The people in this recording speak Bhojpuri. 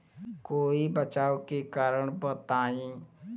कोई बचाव के कारण बताई?